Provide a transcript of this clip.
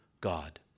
God